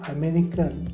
American